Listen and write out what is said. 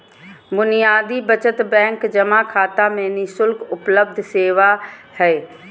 बुनियादी बचत बैंक जमा खाता में नि शुल्क उपलब्ध सेवा हइ